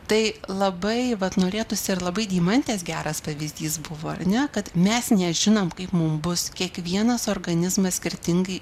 tai labai vat norėtųsi ir labai deimantės geras pavyzdys buvo ar ne kad mes nežinom kaip mum bus kiekvienas organizmas skirtingai